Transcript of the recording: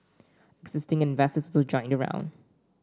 existing investors also joined the round